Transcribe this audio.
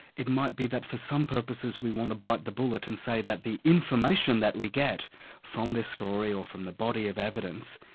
it might be that for some purposes we want to bite but the bullet and say that the information that we get from the story, or from the body of evidence,